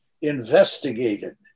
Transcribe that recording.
investigated